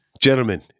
gentlemen